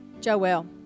Joelle